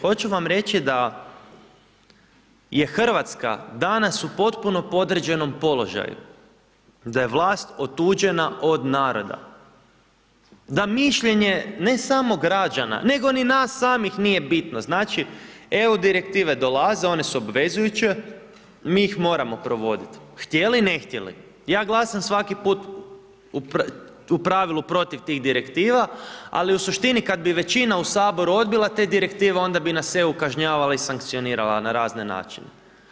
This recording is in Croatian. Hoću vam reći da je RH danas u potpuno podređenom položaju, da je vlast otuđena od naroda, da mišljenje ne samo građana, nego ni sam samih nije bitno, znači, EU Direktive dolaze, one su obvezujuće, mi ih moramo provodit, htjeli, ne htjeli, ja glasam svaki put u pravilu protiv tih Direktiva, ali u suštini kad bi većina u HS odbila te Direktive, onda bi nas EU kažnjavala i sankcionirala na razne načine.